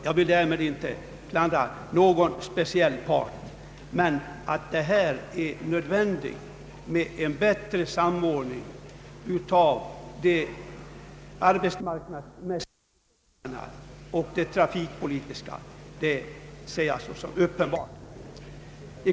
Jag vill därmed inte klandra någon speciell part, men här är det nödvändigt med en bättre samordning av arbetsmarknadsmässiga och trafikpolitiska insatser.